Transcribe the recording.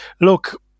look